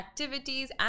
activities